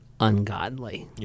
ungodly